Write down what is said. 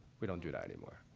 we don't do that anymore.